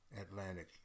Atlantic